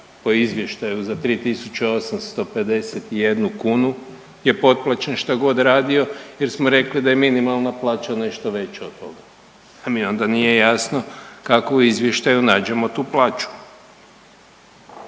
po izvještaju za 3 tisuće 851 kunu je potplaćen što god radio jer smo rekli da je minimalna plaća nešto veća od toga. Pa mi onda nije jasno, kako u izvještaju nađemo tu plaću?